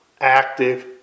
active